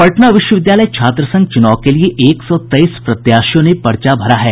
पटना विश्वविद्यालय छात्र संघ चुनाव के लिए एक सौ तेईस प्रत्याशियों ने पर्चा भरा है